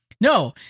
No